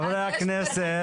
חברי הכנסת.